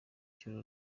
cy’uru